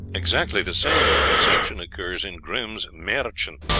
exactly the same conception occurs in grimm's mahrchen,